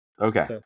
Okay